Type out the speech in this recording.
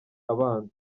abanza